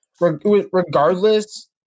regardless